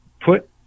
put